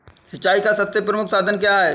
सिंचाई का सबसे प्रमुख साधन क्या है?